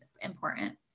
important